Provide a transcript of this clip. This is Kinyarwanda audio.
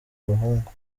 abahungu